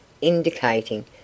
indicating